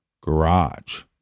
garage